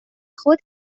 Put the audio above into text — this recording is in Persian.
خود